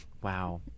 Wow